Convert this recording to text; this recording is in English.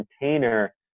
container